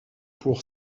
pour